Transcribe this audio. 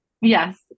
Yes